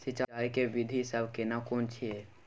सिंचाई के विधी सब केना कोन छिये?